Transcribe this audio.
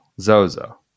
Zozo